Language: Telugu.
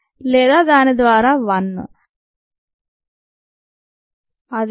128 లేదా దాని ద్వారా 1